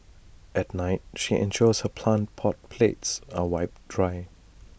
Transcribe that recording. at night she ensures her plant pot plates are wiped dry